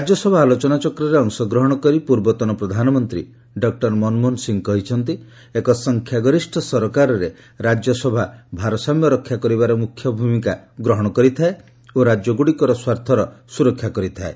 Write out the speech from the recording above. ରାଜ୍ୟସଭା ଆଲୋଚନାରେ ଅଂଶଗ୍ରହଣ କରି ପୂର୍ବତନ ପ୍ରଧାନମନ୍ତ୍ରୀ ଡକ୍ଟର ମନମୋହନ ସିଂହ କହିଛନ୍ତି ଏକ ସଂଖ୍ୟାଗରିଷ୍ଠ ସରକାରରେ ରାଜ୍ୟସଭା ଭାରସାମ୍ୟ ରକ୍ଷା କରିବାରେ ମୁଖ୍ୟ ଭୂମିକା ଗ୍ରହଣ କରିଥାଏ ଓ ରାଜ୍ୟଗୁଡ଼ିକର ସ୍ୱାର୍ଥର ସୁରକ୍ଷା କରିଥାଏ